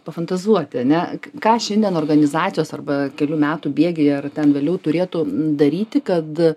pafantazuoti ane ką šiandien organizacijos arba kelių metų bėgyje ar ten vėliau turėtų daryti kad